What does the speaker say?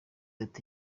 ati